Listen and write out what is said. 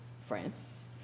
France